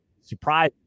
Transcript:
surprise